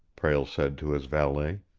prale said to his valet.